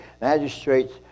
magistrates